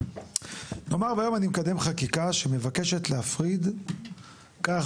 נאמר והיום אני מקדם חקיקה שמבקשת להפריד כך